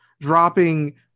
dropping